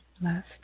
Last